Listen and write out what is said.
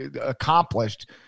accomplished